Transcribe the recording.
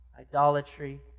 idolatry